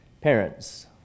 parents